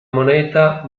moneta